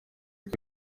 uko